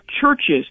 churches